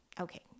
okay